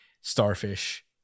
starfish